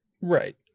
Right